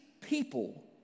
people